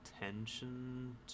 attention